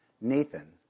Nathan